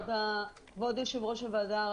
כבוד יושב-ראש הוועדה,